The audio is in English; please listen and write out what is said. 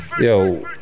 Yo